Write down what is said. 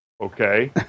Okay